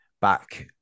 back